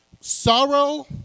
Sorrow